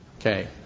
Okay